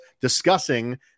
discussing